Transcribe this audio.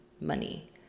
money